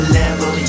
level